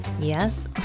Yes